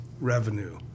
revenue